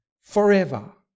forever